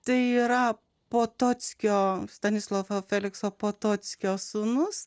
tai yra potockio stanislovo felikso potockio sūnus